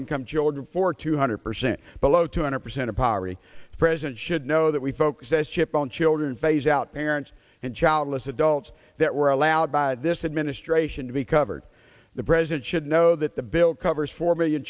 income children for two hundred percent below two hundred percent of poverty the president should know that we focus s chip on children phaseout parents and childless adults that were allowed by this administration to be covered the president should know that the bill covers four million